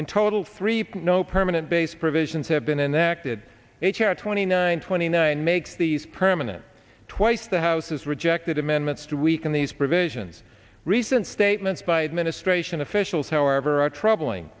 in total three point no permanent base provisions have been enacted h r twenty nine twenty nine makes these permanent twice the house has rejected amendments to weaken these provisions recent statements by administration officials however are troubling